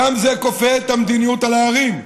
זה כופה את המדיניות על הערים,